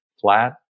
flat